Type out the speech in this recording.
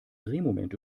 drehmoment